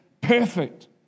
perfect